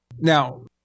Now